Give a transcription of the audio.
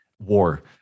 war